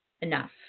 enough